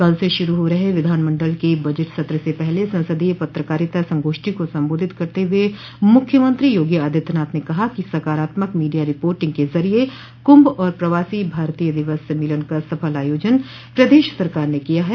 कल से शुरू हो रहे विधानमंडल के बजट सत्र से पहले संसदीय पत्रकारिता संगोष्ठी को संबोधित करते हुए मुख्यमंत्री योगी आदित्यनाथ ने कहा कि सकारात्मक मीडिया रिपोर्टिंग के जरिये कुंभ और प्रवासी भारतीय दिवस सम्मेलन का सफल आयोजन प्रदेश सरकार ने किया है